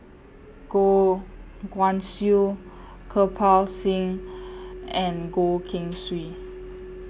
Goh Guan Siew Kirpal Singh and Goh Keng Swee